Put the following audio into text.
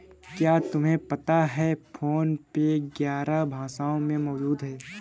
क्या तुम्हें पता है फोन पे ग्यारह भाषाओं में मौजूद है?